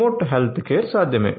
remote healthcare సాధ్యమే